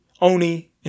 Oni